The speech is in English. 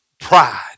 pride